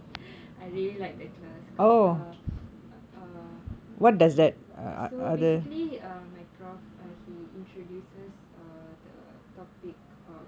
I really like that class because uh so bascially my professor he introduces uh the topic of